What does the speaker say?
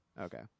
Okay